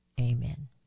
amen